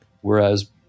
whereas